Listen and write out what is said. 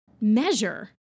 measure